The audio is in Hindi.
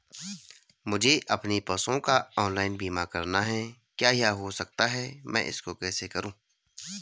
मुझे अपने पशुओं का ऑनलाइन बीमा करना है क्या यह हो सकता है मैं इसको कैसे करूँ?